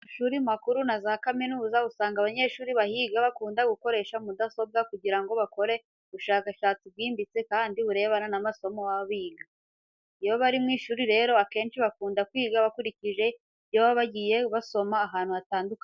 Mu mashuri makuru na za kaminuza usanga abanyeshuri bahiga bakunda gukoresha mudasobwa kugira ngo bakore ubushakashatsi bwimbitse kandi burebana n'amasomo baba biga. Iyo bari mu ishuri rero, akenshi bakunda kwiga bakurikije ibyo baba bagiye basoma ahantu hatandukanye.